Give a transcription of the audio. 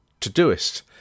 Todoist